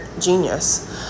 genius